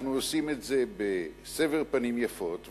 אנחנו עושים את זה בסבר פנים יפות,